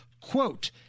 Quote